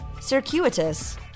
Circuitous